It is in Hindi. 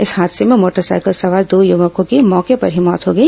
इस हादसे भें मोटरसाइकिल सवार दो युवकों की मौके पर ही मौत हो गई